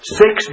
six